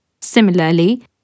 Similarly